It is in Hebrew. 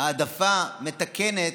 העדפה מתקנת,